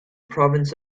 province